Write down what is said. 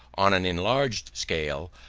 on an enlarged scale,